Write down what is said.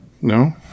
No